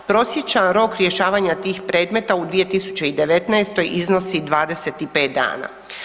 Prosječan rok rješavanja tih predmeta u 2019.iznosi 25 dana.